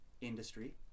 industry